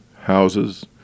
houses